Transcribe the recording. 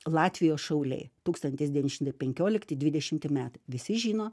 latvijos šauliai tūkstantis devyni šimtai penkiolikti dvidešimti metai visi žino